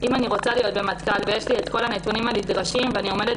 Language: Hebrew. אם אני רוצה להיות במטכ"ל ויש לי את כל הנתונים הנדרשים ואני עומדת